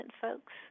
folks